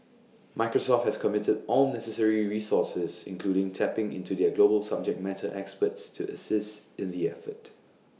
Microsoft has committed all necessary resources including tapping into their global subject matter experts to assist in the effort